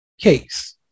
case